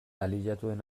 aliatuen